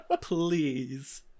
Please